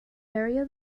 area